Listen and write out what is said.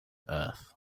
earth